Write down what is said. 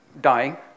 dying